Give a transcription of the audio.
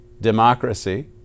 Democracy